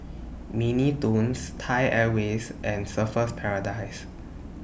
Mini Toons Thai Airways and Surfer's Paradise